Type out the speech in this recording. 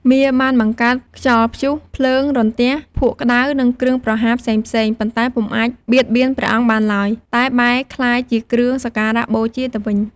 មារបានបង្កើតខ្យល់ព្យុះ ភ្លើង រន្ទះ ភក់ក្តៅ និងគ្រឿងប្រហារផ្សេងៗ ប៉ុន្តែពុំអាចបៀតបៀនព្រះអង្គបានឡើយ តែបែរក្លាយជាគ្រឿងសក្ការបូជាទៅវិញ។